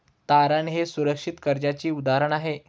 तारण हे सुरक्षित कर्जाचे उदाहरण आहे